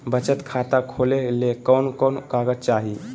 बचत खाता खोले ले कोन कोन कागज चाही?